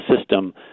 system